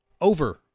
over